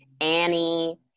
Annie